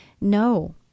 No